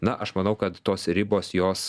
na aš manau kad tos ribos jos